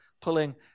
pulling